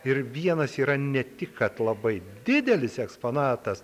ir vienas yra ne tik kad labai didelis eksponatas